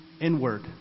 inward